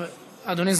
אדוני.